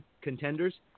contenders